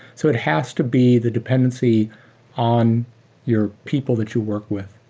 so it has to be the dependency on your people that you work with.